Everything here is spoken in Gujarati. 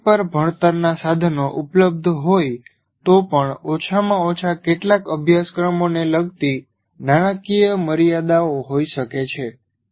ઇન્ટરનેટ પર ભણતરનાં સાધનો ઉપલબ્ધ હોય તો પણ ઓછામાં ઓછા કેટલાક અભ્યાસક્રમોને લગતી નાણાકીય મર્યાદાઓ હોય શકે છે